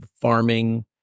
farming